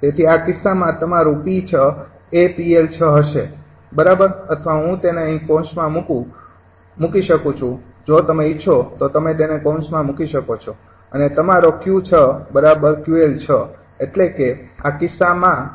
તેથી આ કિસ્સામાં તમારું 𝑃૬ એ 𝑃𝐿૬ હશે બરાબર અથવા હું તેને અહીં કૌંસમાં મૂકી શકું છું જો તમે ઇચ્છો તો તમે તેને કૌંસમાં મૂકી શકો છો અને તમારો 𝑄૬ 𝑄𝐿૬ એટલે કે આ કિસ્સામાં